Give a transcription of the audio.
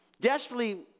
desperately